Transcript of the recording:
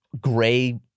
gray